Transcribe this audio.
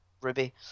Ruby